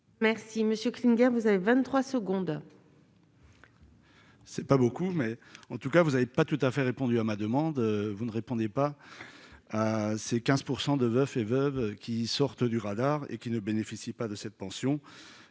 Merci Monsieur Clean, vous avez 23 secondes.